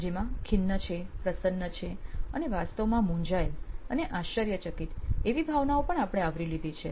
જેમાં ખિન્ન છે પ્રસન્ન છે અને વાસ્તવમાં મૂંઝાયેલ અને આશ્ચર્યચકિત એવી ભાવનાઓ પણ આપણે આવરી લીધી છે